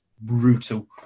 brutal